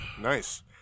Nice